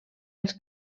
els